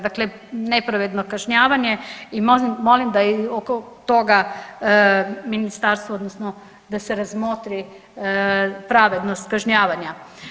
Dakle nepravedno kažnjavanje i molim da i oko toga ministarstvo, odnosno da se razmotri pravednost kažnjavanja.